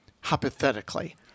hypothetically